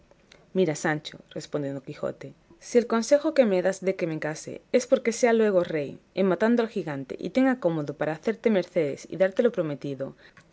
mira sancho respondió don quijote si el consejo que me das de que me case es porque sea luego rey en matando al gigante y tenga cómodo para hacerte mercedes y darte lo prometido